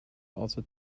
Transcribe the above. also